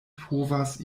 povas